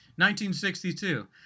1962